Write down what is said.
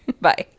bye